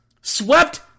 Swept